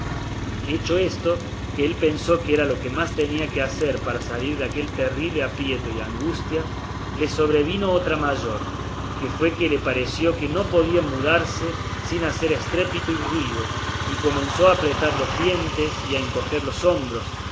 pequeñas hecho esto que él pensó que era lo más que tenía que hacer para salir de aquel terrible aprieto y angustia le sobrevino otra mayor que fue que le pareció que no podía mudarse sin hacer estrépito y ruido y comenzó a apretar los dientes y a encoger los hombros